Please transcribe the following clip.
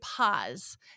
pause